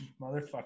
Motherfucker